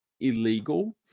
illegal